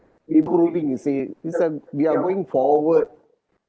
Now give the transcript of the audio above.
improving you see this [one] we are going forward